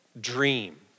dream